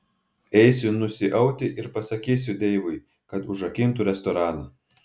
eisiu nusiauti ir pasakysiu deivui kad užrakintų restoraną